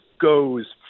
goes